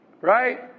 Right